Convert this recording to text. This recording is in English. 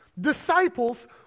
disciples